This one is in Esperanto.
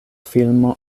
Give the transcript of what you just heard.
filmo